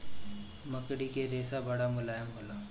मकड़ी के रेशा बड़ा मुलायम होला